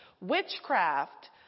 Witchcraft